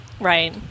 right